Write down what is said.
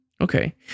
Okay